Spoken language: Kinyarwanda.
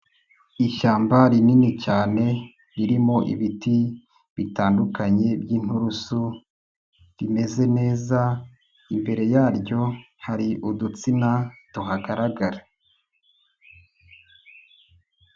Ishyamba rinini cyane ririmo ibiti bitandukanye by'inturusu rimeze neza, imbere yaryo hari udutsina tuhagaragara.